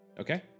Okay